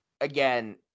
Again